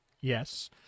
yes